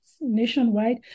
nationwide